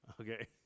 okay